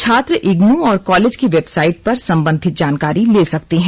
छात्र इग्नू और कॉलेज की वेबसाइट पर संबंधित जानकारी ले सकते हैं